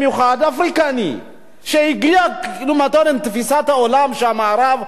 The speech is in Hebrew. תפיסת העולם שהמערב חי בה: אפריקני הוא פרימיטיבי,